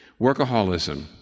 Workaholism